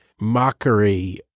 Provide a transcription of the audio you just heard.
mockery